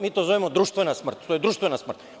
Mi to zovemo društvena smrt, to je društvena smrt.